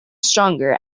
stronger